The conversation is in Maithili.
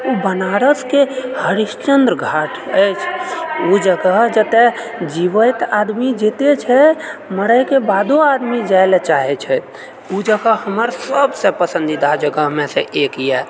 ओ बनारसके हरिश्चन्द्र घाट अछि ओ जगह जतय जीवैत आदमी जइतय छै मरयके बादो आदमी जाइलऽ चाहैत छै ओ जगह हमर सभसँ पसन्दीदा जगहमऽसँ एक यऽ